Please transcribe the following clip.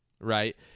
right